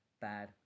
bad